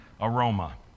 aroma